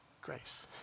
grace